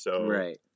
Right